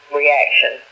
reaction